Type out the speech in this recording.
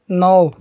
नौ